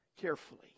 carefully